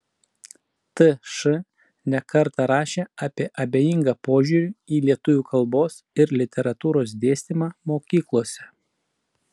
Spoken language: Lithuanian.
tš ne kartą rašė apie abejingą požiūrį į lietuvių kalbos ir literatūros dėstymą mokyklose